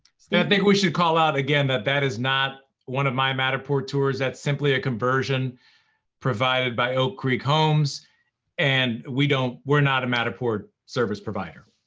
so yeah think we should call out, again, that that is not one of my matterport tours, that's simply a conversion provided by oak creek homes and we don't, we're not a matterport service provider.